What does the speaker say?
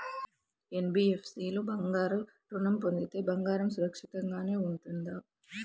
NBFC లో బంగారు ఋణం పొందితే బంగారం సురక్షితంగానే ఉంటుందా?